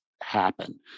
happen